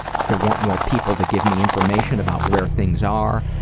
there weren't more people to give me information about where things are.